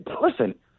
listen